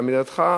על עמידתך,